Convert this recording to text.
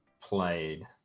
played